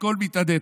הכול מתאדה.